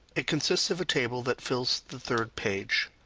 it consists of a table that fills the third page.